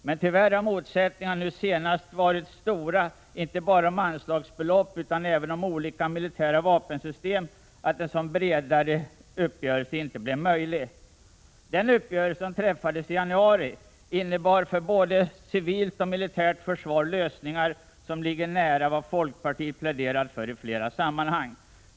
Men tyvärr var motsättningarna nu senast så stora — inte bara i fråga om anslagsbelopp utan även beträffande olika militära vapensystem — att en sådan bredare uppgörelse inte blev möjlig. Den uppgörelse som träffades i januari innebar för både civilt och militärt försvar lösningar som ligger nära vad folkpartiet pläderat för i flera sammanhang.